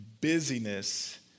busyness